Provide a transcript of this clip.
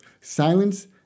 silence